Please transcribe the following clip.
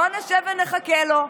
בואו נשב ונחכה לו.